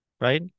right